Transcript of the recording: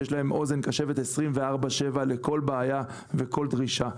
שיש להם אוזן קשבת 24/7 לכל בעיה וכל דרישה.